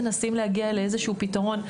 מנסים להגיע לאיזשהו פתרון,